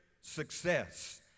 success